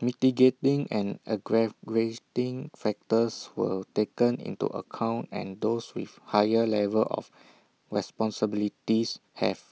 mitigating and aggravating factors were taken into account and those with higher level of responsibilities have